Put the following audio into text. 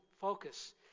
focus